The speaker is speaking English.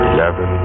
Eleven